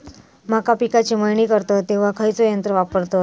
मका पिकाची मळणी करतत तेव्हा खैयचो यंत्र वापरतत?